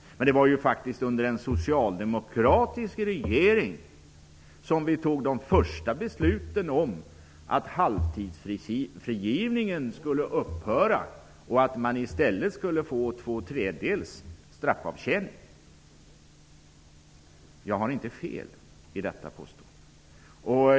Men det var faktiskt under en socialdemokratisk regering som vi fattade de första besluten om att halvtidsfrigivningen skulle upphöra och att man i stället skulle få tvåtredjedels straffavtjäning. Jag har inte fel i detta påstående.